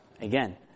again